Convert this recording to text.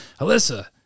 Alyssa